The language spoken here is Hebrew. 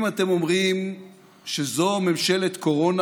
אם אתם אומרים שזו ממשלת קורונה,